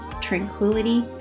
tranquility